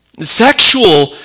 Sexual